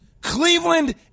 Cleveland